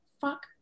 fuck